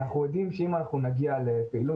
אנחנו יודעים שאם אנחנו נגיע לפעילות